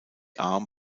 arm